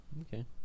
okay